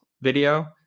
video